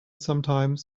sometimes